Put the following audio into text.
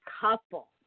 couple